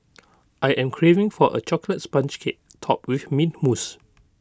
I am craving for A Chocolate Sponge Cake Topped with Mint Mousse